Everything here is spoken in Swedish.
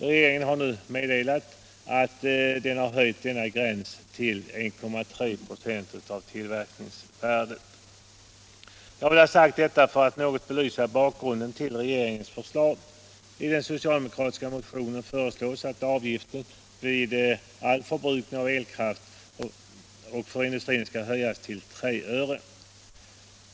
Regeringen har nu meddelat att den höjt denna gräns till 1,3 96 av tillverkningsvärdet. Jag har velat säga detta för att något belysa bakgrunden till regeringens förslag. I den socialdemokratiska motionen föreslås att avgiften vid all förbrukning av elkraft och för industrin skall höjas till 3 öre.